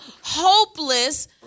hopeless